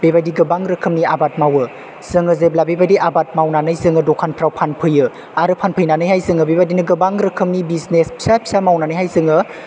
बेबायदि गोबां रोखोमनि आबाद मावो जों जेब्ला बेबायदि आबाद मावनानै जों दखानफ्राव फानफैयो आरो फानफैनानैहाय जों बेबायदिनो गोबां रोखोमनि बिजिनेस फिसा फिसा मावनानैहाय जों